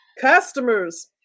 Customers